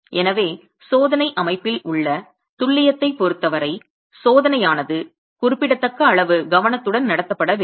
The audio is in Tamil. எனவே சோதனை அமைப்பில் உள்ள துல்லியத்தைப் பொருத்தவரை சோதனையானது குறிப்பிடத்தக்க அளவு கவனத்துடன் நடத்தப்பட வேண்டும்